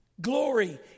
Glory